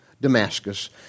Damascus